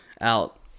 out